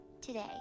today